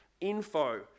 info